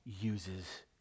uses